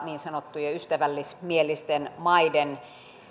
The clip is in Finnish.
niin sanottujen ystävällismielisten maiden